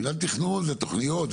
מנהל תכנון זה תוכניות,